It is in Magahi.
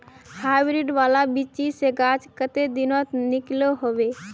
हाईब्रीड वाला बिच्ची से गाछ कते दिनोत निकलो होबे?